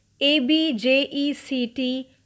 A-B-J-E-C-T